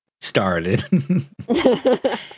started